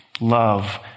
love